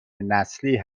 نسلی